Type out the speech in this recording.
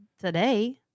today